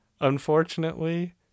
Unfortunately